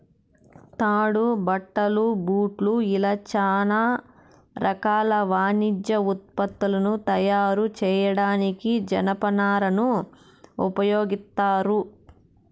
తాడు, బట్టలు, బూట్లు ఇలా చానా రకాల వాణిజ్య ఉత్పత్తులను తయారు చేయడానికి జనపనారను ఉపయోగిత్తారు